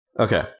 Okay